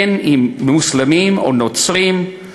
אם כלפי מוסלמים או נוצרים,